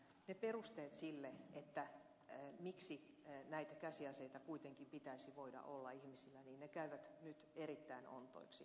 ne perusteet sille miksi näitä käsiaseita kuitenkin pitäisi voida olla ihmisillä käyvät nyt erittäin ontoiksi